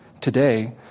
today